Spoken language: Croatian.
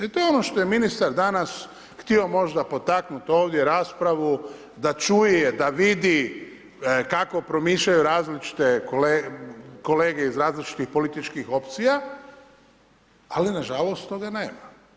I to je ono što je ministar danas htio možda potaknut ovdje raspravu, da čuje, da vidi kako promišljaju različite kolege iz različitih političkih opcija, ali nažalost toga nema.